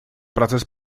процесс